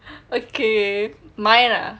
okay mine ah